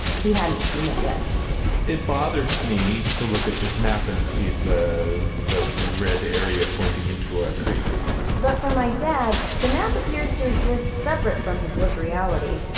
and he hadn't seen it yet it bothers me to look at this map and see that red area pointing into our creek but for my dad, the map appears to exist separate from his lived reality.